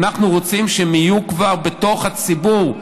אנחנו רוצים שהן יהיו כבר בתוך הציבור,